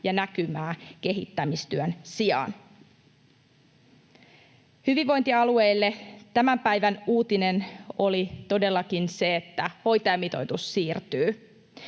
ja näkymää kehittämistyön sijaan. Hyvinvointialueille tämän päivän uutinen oli todellakin se, että hoitajamitoitus siirtyy.